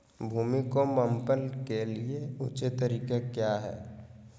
भूमि को मैपल के लिए ऊंचे तरीका काया है?